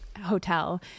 hotel